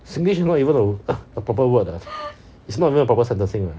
singlish not even a proper word ah it's not even a proper sentencing